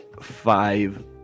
five